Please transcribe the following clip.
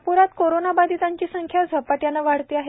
नागप्रात कोरोंना बाधितांची संख्या झपाट्याने वाढते आहे